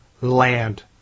land